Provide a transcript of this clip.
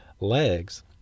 legs